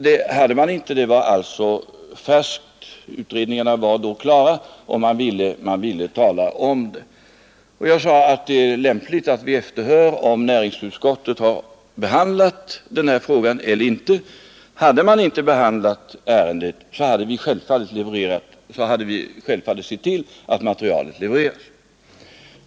Det hade man inte haft — utredningarna var då just klara, och man ville meddela resultatet. Jag sade att det var lämpligt att vi efterhörde om näringsutskottet hade behandlat denna fråga eller inte. Hade man inte behandlat ärendet, skulle vi självfallet ha sett till att materialet levererats.